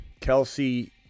Kelsey